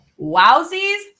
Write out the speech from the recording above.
wowsies